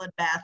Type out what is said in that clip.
bloodbath